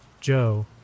Joe